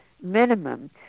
minimum